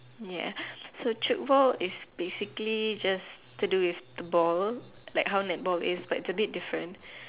ya so tchoukball is basically just to do with the ball like how netball is but it's a bit different